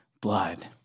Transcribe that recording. blood